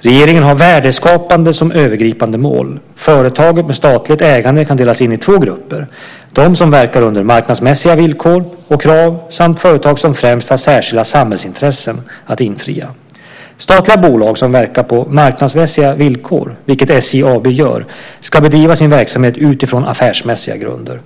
Regeringen har värdeskapande som övergripande mål. Företag med statligt ägande kan delas in i två grupper: de som verkar under marknadsmässiga villkor och krav samt företag som främst har särskilda samhällsintressen att infria. Statliga bolag som verkar på marknadsmässiga villkor, vilket SJ AB gör, ska bedriva sin verksamhet utifrån affärsmässiga grunder.